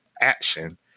Action